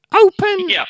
Open